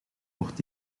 wordt